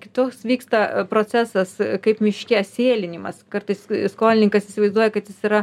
kitus vyksta procesas kaip miške sėlinimas kartais skolininkas įsivaizduoja kad jis yra